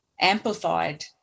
amplified